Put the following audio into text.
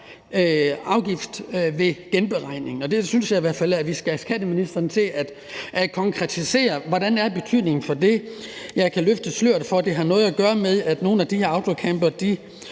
afgift ved genberegning, og jeg synes i hvert fald, at vi skal have skatteministeren til at konkretisere, hvad betydningen af det er. Jeg kan løfte sløret for, at det har noget at gøre med, at nogle af de her autocampere